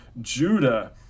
Judah